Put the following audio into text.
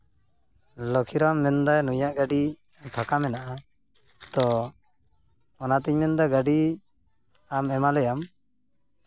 ᱞᱚᱠᱠᱷᱤᱨᱟᱢ ᱢᱮᱱᱫᱟᱭ ᱱᱩᱭᱟᱜ ᱜᱟᱹᱰᱤ ᱯᱷᱟᱠᱟ ᱢᱮᱱᱟᱜᱼᱟ ᱛᱳ ᱚᱱᱟᱛᱤᱧ ᱢᱮᱱᱫᱟ ᱜᱟᱹᱰᱤ ᱟᱢ ᱮᱢᱟ ᱞᱮᱭᱟᱢ